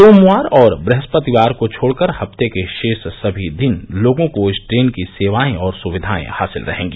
सोमवार और वृहस्पतिवार को छोड़कर हर्फ़्त के शेष सभी दिन लोगों को इस ट्रेन की सेवायें और सुविघायें हासिल रहेंगी